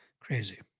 Crazy